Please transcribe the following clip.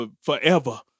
forever